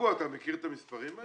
מכיר את המספרים האלה?